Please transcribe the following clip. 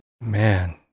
Man